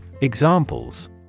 Examples